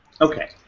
Okay